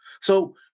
So-